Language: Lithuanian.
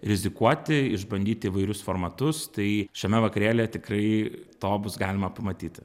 rizikuoti išbandyt įvairius formatus tai šiame vakarėlyje tikrai to bus galima pamatyti